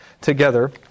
together